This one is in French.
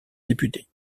député